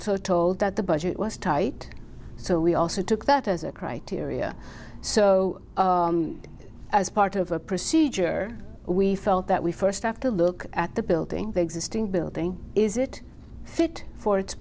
told that the budget was tight so we also took that as a criteria so as part of a procedure we felt that we first have to look at the building the existing building is it it for it